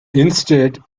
instead